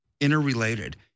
interrelated